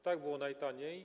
Tak było najtaniej.